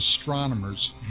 astronomers